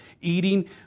eating